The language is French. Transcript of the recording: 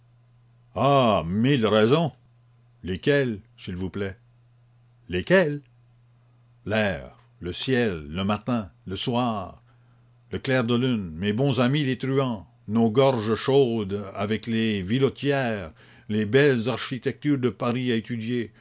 ah mille raisons lesquelles s'il vous plaît lesquelles l'air le ciel le matin le soir le clair de lune mes bons amis les truands nos gorges chaudes avec les vilotières les belles architectures de paris à étudier